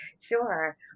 Sure